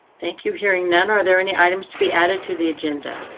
thank you hearing none. are there any items to be added to the agenda?